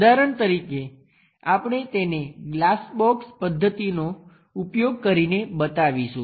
ઉદાહરણ તરીકે આપણે તેને ગ્લાસ બોક્સ પદ્ધતિનો ઉપયોગ કરીને બતાવીશું